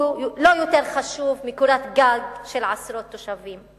יותר חשוב מקורת-גג של עשרות תושבים.